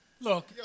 Look